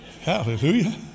Hallelujah